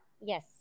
Yes